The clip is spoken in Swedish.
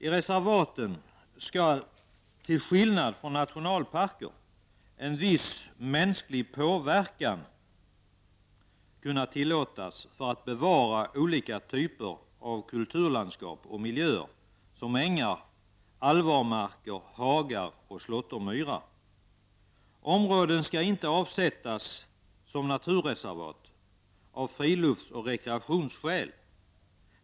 I reservaten skall — till skillnad från i nationalparkerna — en viss mänsklig påverkan kunna tillåtas för att man skall kunna bevara olika typer av kulturlandskap och miljöer som ängar, alvarmarker, hagar och slåttermyrar. Områden skall inte avsättas som naturreservat av friluftsoch rekreationsskäl.